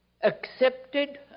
accepted